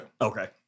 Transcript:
Okay